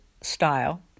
style